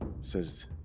says